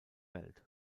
welt